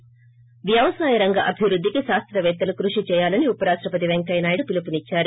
ి వ్యవసాయ రంగ అభివృద్దికి శాస్తపేత్తలు కృషి చేయాలని ఉపరాష్ణపతి పెంకయ్యనాయుడు పిలుపునిచ్చారు